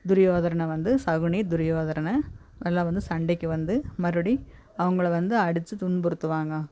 துரியோதரனை வந்து சகுனி துரியோதரனை நல்லா வந்து சண்டைக்கு வந்து மறுபடி அவங்கள வந்து அடிச்சு துன்புறுத்துவாங்க